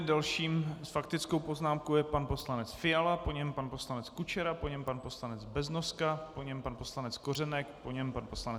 Dalším s faktickou poznámkou je pan poslanec Fiala, po něm pan poslanec Kučera, po něm pan poslanec Beznoska, po něm pan poslanec Kořenek, po něm pan poslanec Novotný.